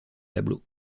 tableaux